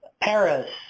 Paris